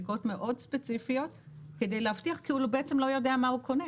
בדיקות מאוד ספציפיות כדי להבטיח כי הוא כאילו לא יודע מה הוא קונה.